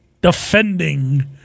defending